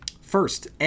First